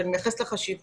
שאני מייחסת לה חשיבות,